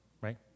right